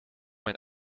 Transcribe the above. mijn